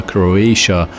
Croatia